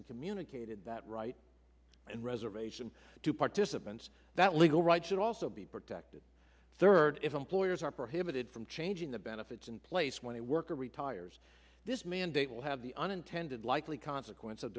and communicated that right and reservation to participants that legal rights should also be protected third if employers are prohibited from changing the benefits in place when a worker retires this mandate will have the unintended likely consequence